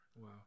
Wow